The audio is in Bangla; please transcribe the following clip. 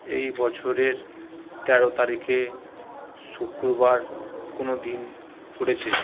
এই বছরের তেরো তারিখে শুক্রবার কোনও দিন পড়েছে